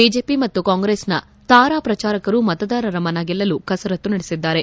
BJP ಮತ್ತು ಕಾಂಗ್ರೆಸ್ನ ತಾರಾ ಪ್ರಚಾರಕರು ಮತದಾರರ ಮನ ಗೆಲ್ಲಲು ಕಸರತ್ತು ನಡೆಸಿದ್ದಾರೆ